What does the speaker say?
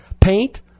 Paint